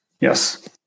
Yes